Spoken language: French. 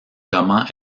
comment